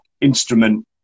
instrument